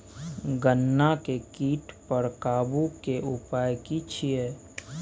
गन्ना के कीट पर काबू के उपाय की छिये?